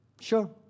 Sure